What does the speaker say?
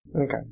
Okay